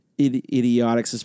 idiotic